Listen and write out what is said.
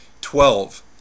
Twelve